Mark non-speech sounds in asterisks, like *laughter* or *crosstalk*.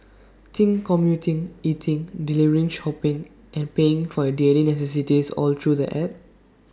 think commuting eating delivering *unintelligible* hopping and paying for your daily necessities all through the app